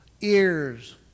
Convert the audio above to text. ears